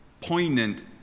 poignant